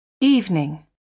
evening